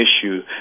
issue